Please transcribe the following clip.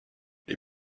les